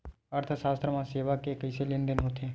अर्थशास्त्र मा सेवा के कइसे लेनदेन होथे?